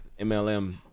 MLM